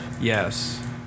Yes